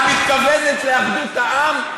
את מתכוונת לאחדות העם?